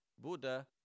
Buddha